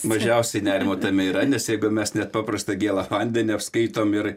mažiausiai nerimo tame yra nes jeigu mes net paprastą gėlą vandenį apskaitom ir